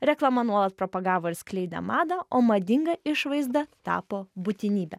reklama nuolat propagavo ir skleidė madą o madinga išvaizda tapo būtinybe